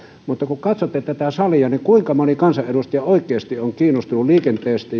mutta kun katsotte tätä salia niin kuinka moni kansanedustaja oikeasti on kiinnostunut liikenteestä